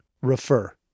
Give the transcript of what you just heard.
refer